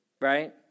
Right